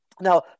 Now